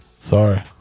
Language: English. Sorry